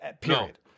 period